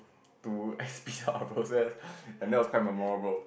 to speed up our process and that was quite memorable